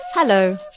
Hello